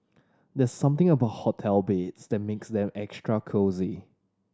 there's something about hotel beds that makes them extra cosy